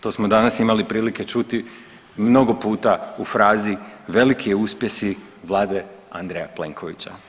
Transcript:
To smo danas imali prilike čuti mnogo puta u frazi veliki uspjesi Vlade Andreja Plenkovića.